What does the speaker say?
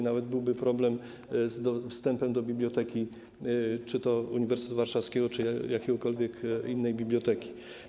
Nawet byłby problem z dostępem do biblioteki - czy to Uniwersytetu Warszawskiego, czy jakiejkolwiek innej biblioteki.